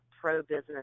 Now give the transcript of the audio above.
pro-business